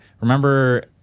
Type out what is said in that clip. Remember